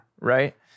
right